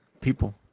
people